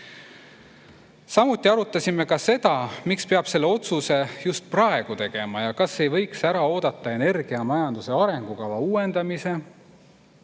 Samuti arutasime seda, miks peab selle otsuse just praegu tegema ja kas ei võiks ära oodata energiamajanduse arengukava uuendamise